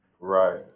Right